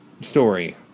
story